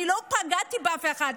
אני לא פגעתי באף אחד.